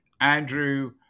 Andrew